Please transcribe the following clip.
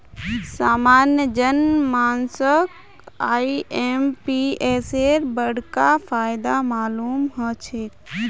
सामान्य जन मानसक आईएमपीएसेर बडका फायदा मालूम ह छेक